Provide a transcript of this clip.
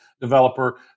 developer